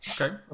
okay